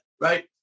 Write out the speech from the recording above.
right